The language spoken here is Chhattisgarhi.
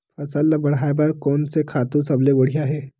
फसल ला बढ़ाए बर कोन से खातु सबले बढ़िया हे?